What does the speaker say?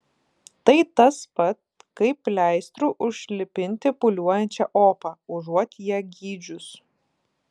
tai tas pat kaip pleistru užlipinti pūliuojančią opą užuot ją gydžius